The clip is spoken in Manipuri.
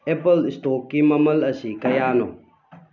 ꯑꯦꯄꯜ ꯏꯁꯇꯣꯛꯀꯤ ꯃꯃꯜ ꯑꯁꯤ ꯀꯌꯥꯅꯣ